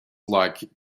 like